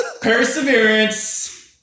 Perseverance